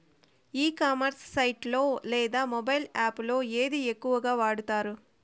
ఈ commerce site లో లేదా మొబైల్ యాప్ లో ఏది ఎక్కువగా వాడుతారు?